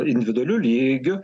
individualiu lygiu